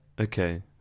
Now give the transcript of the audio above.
Okay